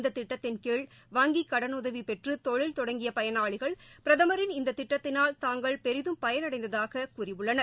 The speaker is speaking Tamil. இந்ததிட்டத்தின் கீழ் வங்கிக் கடலுதவிபெற்றதொழில் தொடங்கியபயனாளிகள் பிரதமரின் இந்ததிட்டத்தினால் தாங்கள் பெரிதும் பயனடைந்ததாககூறியுள்ளனர்